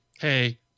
Hey